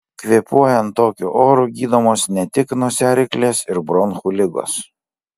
kvėpuojant tokiu oru gydomos ne tik nosiaryklės ir bronchų ligos